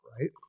right